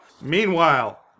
Meanwhile